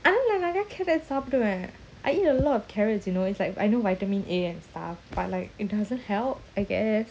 ஆனாநான்நெறயகாரட்சாப்பிடுவேன்:ana nan neraya karat sapduven I eat a lot of carrots you know it's like I know vitamin A and stuff but like it doesn't help I guess